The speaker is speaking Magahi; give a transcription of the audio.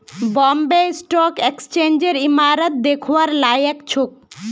बॉम्बे स्टॉक एक्सचेंजेर इमारत दखवार लायक छोक